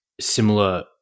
similar –